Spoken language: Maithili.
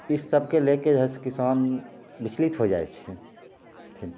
ई सबके लैके किसान विचलित होइ जाइ छै